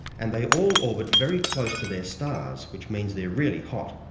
and they all orbit very close to their stars, which means they're really hot.